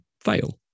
fail